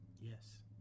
Yes